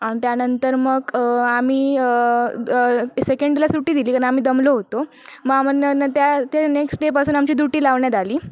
अन त्यानंतर मग आम्ही सेकेंड डेला सुट्टी दिली कारण की आम्ही दमलो होतो त्या नेक्स्ट डे पासून आमची डूटी लावण्यात आली